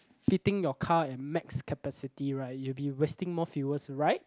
fitting your car at max capacity right you'll be wasting more fuels right